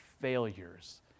failures